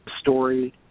story